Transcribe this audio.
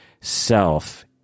self